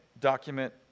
document